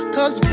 Cause